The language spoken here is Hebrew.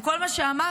עם כל מה שאמרתי,